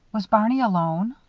was barney alone?